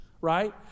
right